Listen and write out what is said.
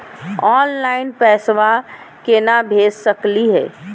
Online पैसवा केना भेज सकली हे?